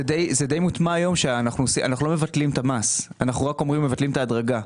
זה די מוטמע היום שאנחנו לא מבטלים את המס; אנחנו רק מבטלים את ההדרגה.